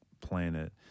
planet